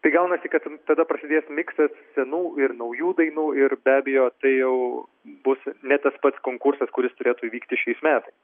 tai gaunasi kad ten tada prasidės miksas senų ir naujų dainų ir be abejo tai jau bus ne tas pats konkursas kuris turėtų įvykti šiais metais